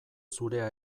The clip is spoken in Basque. zurea